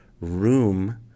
room